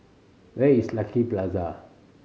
where is Lucky Plaza